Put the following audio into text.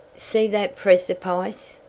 see that precipice?